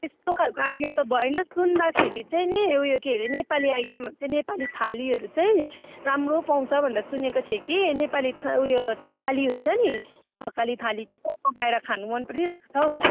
त्यस्तो खाले आइडिया त भएन सुन्दाखेरि चाहिँ नि उयो के हरे नेपाली आइटमहरू चाहिँ नेपाली थालीहरू चाहिँ राम्रो पाउँछ भनेर सुनेको थिएँ कि नेपाली उयो थकाली हुन्छ नि थकाली थाली त्यो बनाएर खानु मन परिरहेको छ हौ